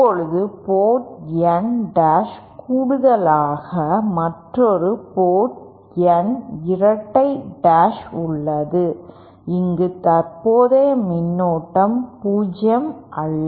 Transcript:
இப்போது port N dash கூடுதலாக மற்றொரு போர்ட் N இரட்டை டாஷ் உள்ளது அங்கு தற்போதைய மின்னோட்டம் பூஜ்ஜியம் அல்ல